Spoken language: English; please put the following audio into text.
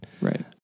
Right